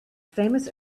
famous